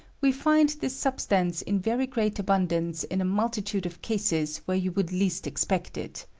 we find this substance in very great abundance in a multitude of cases where you would least ex pect it.